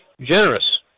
Generous